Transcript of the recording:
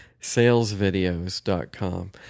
salesvideos.com